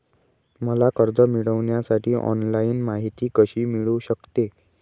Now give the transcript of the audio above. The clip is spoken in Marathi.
मला कर्ज मिळविण्यासाठी ऑनलाइन माहिती कशी मिळू शकते?